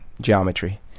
geometry